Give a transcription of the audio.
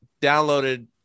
Downloaded